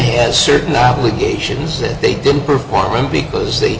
has certain obligations that they didn't perform because the